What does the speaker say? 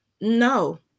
no